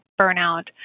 burnout